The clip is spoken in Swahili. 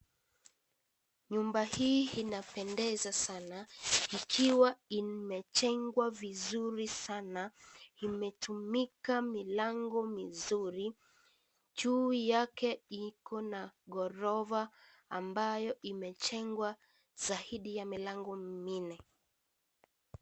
Nyumba hii inapendeza sana ikiwa imejengwa vizuri sana, imetumika milango mizuri sana. Juu yako ike na ghorofa ambayo imejengwa zaidi ya milango minne.